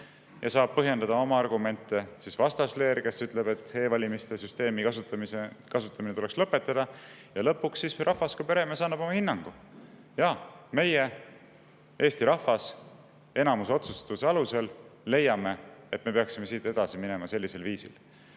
saab põhjendada oma argumente, ning sama saab teha vastasleer, kes ütleb, et e-valimiste süsteemi kasutamine tuleks lõpetada. Lõpuks siis rahvas kui peremees annab oma hinnangu: meie, Eesti rahvas, enamusotsustuse alusel leiame, et me peaksime siit edasi minema sellisel viisil.